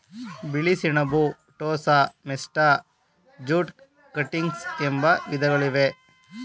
ಬಿಳಿ ಸೆಣಬು, ಟೋಸ, ಮೆಸ್ಟಾ, ಜೂಟ್ ಕಟಿಂಗ್ಸ್ ಎಂಬ ವಿಧಗಳಿವೆ